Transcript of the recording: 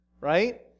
right